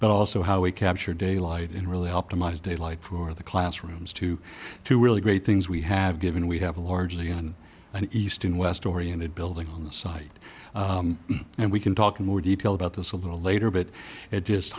but also how we capture daylight in really optimize day light for the classrooms two to really great things we have given we have a large again an east and west oriented building on the site and we can talk in more detail about this a little later but it just